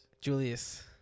Julius